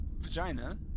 vagina